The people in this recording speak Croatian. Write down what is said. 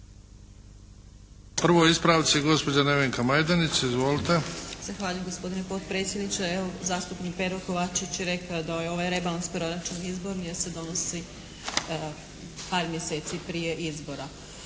Prvo ispravci. Gospođa Nevenka Majdenić. Izvolite. **Majdenić, Nevenka (HDZ)** Zahvaljujem gospodine potpredsjedniče. Evo zastupnik Pero Kovačević je rekao da je ovaj rebalans proračun izborni jer se donosi par mjeseci prije izbora.